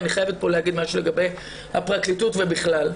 אני חייבת להגיד משהו לגבי הפרקליטות ובכלל.